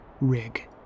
rig